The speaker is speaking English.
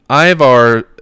Ivar